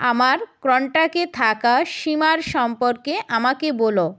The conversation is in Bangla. আমার কন্ট্যাক্টে থাকা সীমার সম্পর্কে আমাকে বল